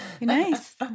Nice